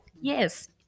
Yes